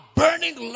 burning